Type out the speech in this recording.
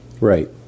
right